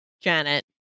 Janet